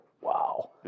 Wow